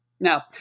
Now